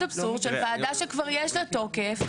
של וועדה שכבר יש לה וקף,